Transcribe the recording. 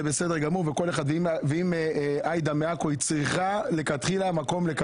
אם אעידה מגיעה מעכו, היא צריכה מקום.